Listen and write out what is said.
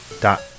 Dot